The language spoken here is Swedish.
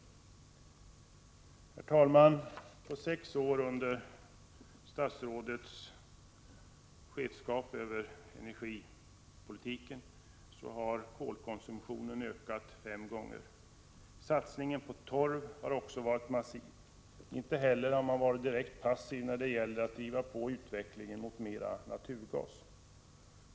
Herr talman! På sex år, under statsrådets chefskap över energipolitiken, har kolkonsumtionen ökat fem gånger. Satsningen på torv har också varit massiv. Inte heller har man varit direkt passiv när det gällt att driva på utvecklingen mot mer naturgas.